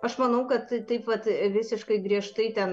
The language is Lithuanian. aš manau kad taip vat visiškai griežtai ten